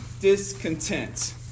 discontent